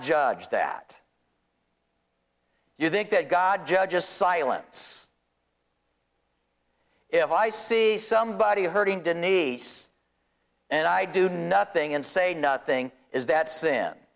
judge that you think that god judges silence if i see somebody hurting denise and i do nothing and say nothing is that sin